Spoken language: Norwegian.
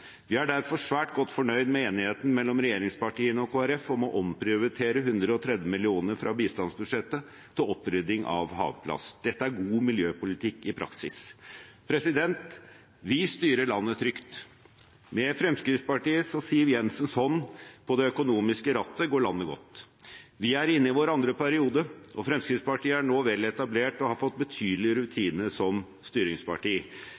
vi er derfor svært godt fornøyd med enigheten mellom regjeringspartiene og Kristelig Folkeparti om å omprioritere 130 mill. kr fra bistandsbudsjettet til opprydding av havplast. Dette er god miljøpolitikk i praksis. Vi styrer landet trygt. Med Fremskrittspartiets og Siv Jensens hånd på det økonomiske rattet går landet godt. Vi er inne i vår andre periode, og Fremskrittspartiet er nå vel etablert og har fått betydelig rutine som styringsparti.